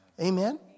Amen